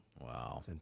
Wow